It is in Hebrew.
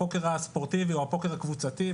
הפוקר הספורטיבי או הפוקר הקבוצתי,